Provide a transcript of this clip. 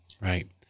Right